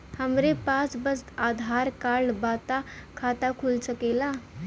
हमरे पास बस आधार कार्ड बा त खाता खुल सकेला?